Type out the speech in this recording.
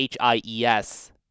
HIES